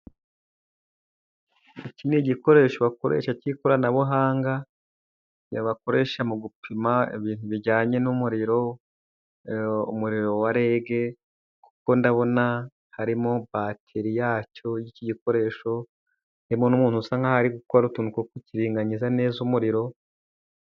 Iki ni igikoresho bakoresha cy'ikoranabuhanga, bakoresha mu gupima ibintu bijyanye n'umuriro, umuriro wa REG. Kuko ndabona harimo bateri yacyo y'iki gikoresho, harimo n'umuntu usa nkaho ari gukora utuntu two kukiringaniza neza umuriro.